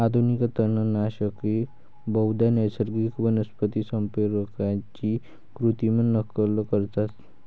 आधुनिक तणनाशके बहुधा नैसर्गिक वनस्पती संप्रेरकांची कृत्रिम नक्कल करतात